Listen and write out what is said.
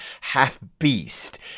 half-beast